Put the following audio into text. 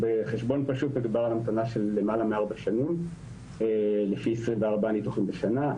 בחשבון פשוט מדובר על המתנה של למעלה מארבע שנים לפי 24 ניתוחים בשנה.